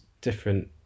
different